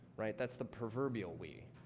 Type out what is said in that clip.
right? that's the proverbial we.